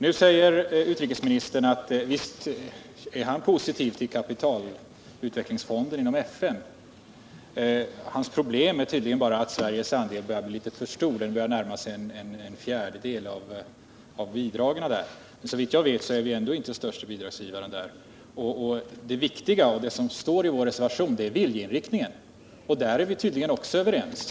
Nu säger utrikesministern att han är positiv till en kapitalutvecklingsfond inom FN. Hans problem är tydligen bara att Sveriges andel börjar bli litet för stor. Den börjar närma sig en fjärdedel av bidragen. Såvitt jag vet är vi ändå inte den största bidragsgivaren. Det viktiga och det som står i vår reservation är viljeinriktningen. Också där är vi tydligen överens.